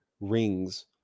rings